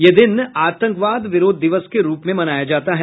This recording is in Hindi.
यह दिन आतंकवाद विरोध दिवस के रूप में मनाया जाता है